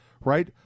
right